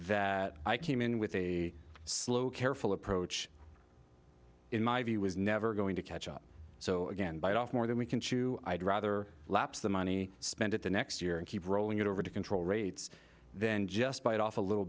that i came in with a slow careful approach in my view was never going to catch up so again bite off more than we can chew i'd rather lapse the money spent at the next year and keep rolling it over to control rates then just bite off a little